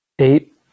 Eight